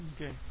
Okay